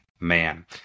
man